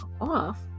off